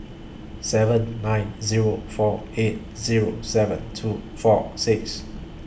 seven nine Zero four eight Zero seven two four six